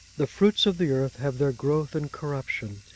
the fruits of the earth have their growth in corruption.